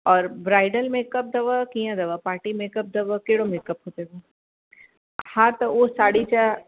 और bridal makeup अथव कीअं अथव पार्टी मेकअप अथव कहिड़ो मेकअप खपेव हा त उहो साढी चार